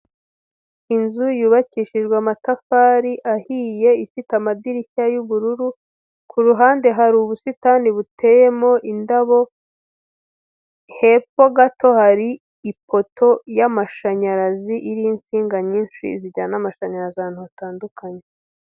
Inzu yubakishijwe amatafari ahiye, ifite amadirishya y'ubururu, kuruhande hari ubusitani buteyemo indabo, hepfo gato hari ipoto y'amashanyarazi, iriho insinga nyinshi zijyana amashanyarazi ahantu hatandukanye.